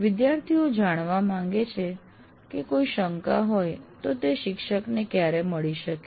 વિદ્યાર્થીઓ જાણવા માંગે છે કે કોઈ શંકા હોય તો તેઓ શિક્ષકને ક્યારે મળી શકે